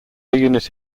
unit